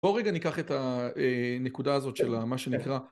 בואו רגע ניקח את הנקודה הזאת של המה שנקרא